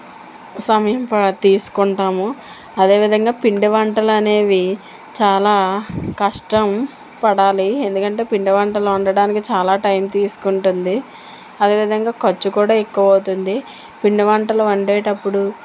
సమయం ప తీసుకుంటాము అదేవిధంగా పిండి వంటలు అనేవి చాలా కష్టపడాలి ఎందుకంటే పిండి వంటలు వండడానికి చాలా టైమ్ తీసుకుంటుంది అదేవిధంగా ఖర్చు కూడా ఎక్కువ అవుతుంది పిండి వంటలు వండేటప్పుడు